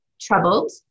troubled